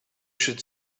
should